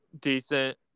decent